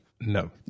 No